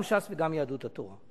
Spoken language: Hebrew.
גם ש"ס וגם יהדות התורה.